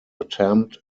attempt